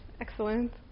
Excellent